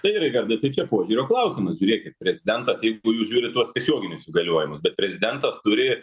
tai raigardai tai čia požiūrio klausimas žiūrėkit prezidentas jeigu jūs žiūrit tuos tiesioginius įgaliojimus bet prezidentas turi